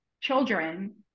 children